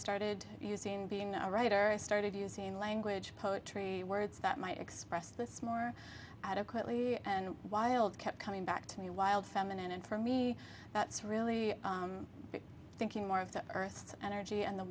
started using being a writer i started using language poetry words that might express this more adequately and wild kept coming back to me wild feminine and for me that's really thinking more of the earth's energy and the